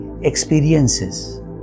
experiences